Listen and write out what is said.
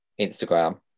instagram